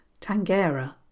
tangera